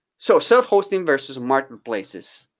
so self-hosting versus marketplaces.